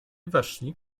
weszli